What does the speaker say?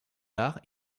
arts